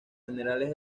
generales